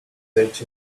search